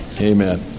Amen